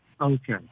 Okay